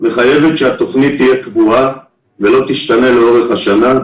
מחייבת שהתכנית תהיה קבועה ולא תשתנה לאורך השנה.